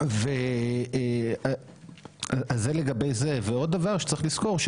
ועוד דבר שצריך לזכור,